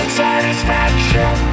satisfaction